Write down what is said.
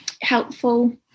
helpful